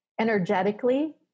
energetically